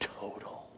total